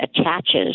attaches